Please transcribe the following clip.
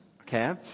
okay